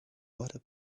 water